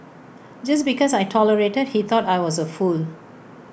just because I tolerated he thought I was A fool